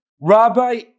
Rabbi